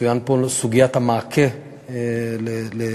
צוינה פה סוגיית המעקה לגג.